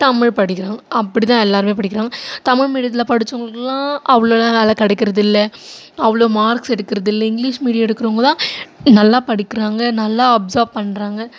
தமிழ் படிக்கிறாங்க அப்படிதான் எல்லாேருமே படிக்கிறாங்க தமிழ் மீடியத்தில் படித்தவங்களுக்குலாம் அவ்வளோலாம் வேலை கிடைக்கிறதில்ல அவ்வளோ மார்க்ஸ் எடுக்கிறதில்ல இங்கிலீஷ் மீடியம் எடுக்கிறவங்கதான் நல்லா படிக்கிறாங்க நல்லா அப்சர்வ் பண்ணுறாங்க